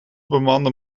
bemande